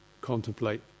contemplate